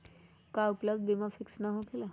का उपलब्ध बीमा फिक्स न होकेला?